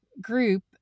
group